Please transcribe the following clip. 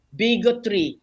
bigotry